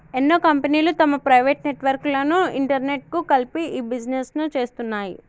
ఎన్నో కంపెనీలు తమ ప్రైవేట్ నెట్వర్క్ లను ఇంటర్నెట్కు కలిపి ఇ బిజినెస్ను చేస్తున్నాయి